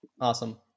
awesome